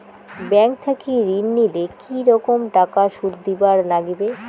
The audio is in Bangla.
ব্যাংক থাকি ঋণ নিলে কি রকম টাকা সুদ দিবার নাগিবে?